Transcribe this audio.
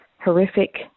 horrific